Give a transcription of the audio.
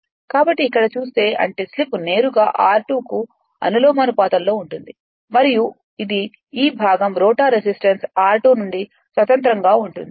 కాబట్టి ఇక్కడ చూస్తే అంటే స్లిప్ నేరుగా r2 కు అనులోమానుపాతంలో ఉంటుంది మరియు ఇది ఈ భాగం రోటర్ రెసిస్టెన్స్ r2 నుండి స్వతంత్రంగా ఉంటుంది